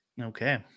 Okay